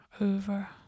over